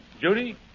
Judy